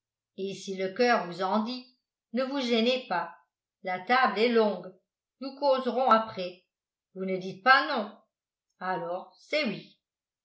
et si le coeur vous en dit ne vous gênez pas la table est longue nous causerons après vous ne dites pas non alors c'est oui